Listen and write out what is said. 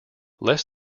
less